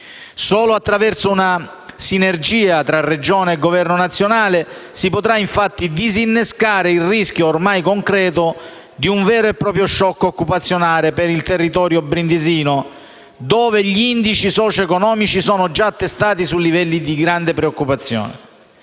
Solo attraverso una sinergia tra Regione e Governo nazionale si potrà infatti disinnescare il rischio ormai concreto di un vero e proprio *shock* occupazionale per il territorio brindisino, dove gli indici socioeconomici sono già attestati su livelli di grande preoccupazione.